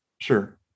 sure